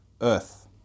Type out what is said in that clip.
earth